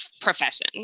profession